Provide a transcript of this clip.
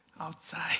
outside